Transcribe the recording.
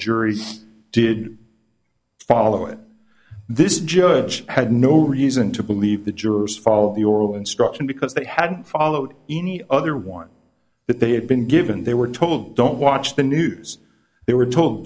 juries did follow it this judge had no reason to believe the jurors followed the oral instruction because they hadn't followed any other one that they had been given they were told don't watch the news they were told